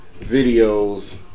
videos